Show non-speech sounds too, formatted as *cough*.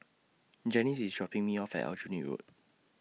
Janis IS dropping Me off At Aljunied Road *noise*